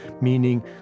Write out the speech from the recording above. meaning